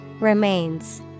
Remains